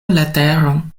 leteron